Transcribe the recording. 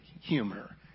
humor